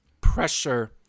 pressure